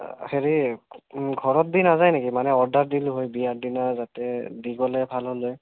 হেৰি ঘৰত দি নাযায় নেকি মানে অৰ্ডাৰ দিলো হয় বিয়াৰ দিনা যাতে দি গ'লে ভাল হ'ল হয়